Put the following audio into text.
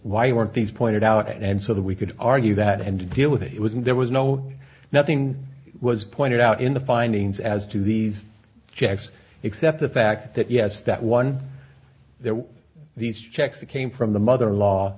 why weren't these pointed out and so that we could argue that and deal with it was and there was no nothing was pointed out in the findings as to these checks except the fact that yes that one there were these checks that came from the mother in law